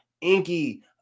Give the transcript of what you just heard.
Inky